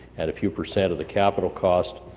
and a few percent of the capital cost.